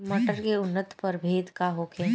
मटर के उन्नत प्रभेद का होखे?